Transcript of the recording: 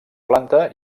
planta